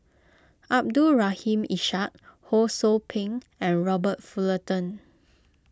Abdul Rahim Ishak Ho Sou Ping and Robert Fullerton